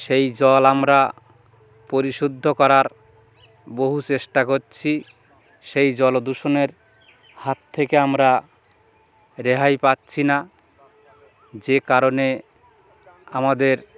সেই জল আমরা পরিশুদ্ধ করার বহু চেষ্টা করছি সেই জলদূষণের হাত থেকে আমরা রেহাই পাচ্ছি না যে কারণে আমাদের